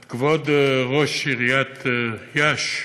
את כבוד ראש עיריית יאש,